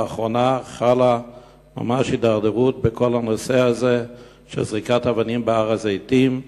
באחרונה חלה ממש הידרדרות בכל הנושא הזה של זריקת אבנים בהר-הזיתים.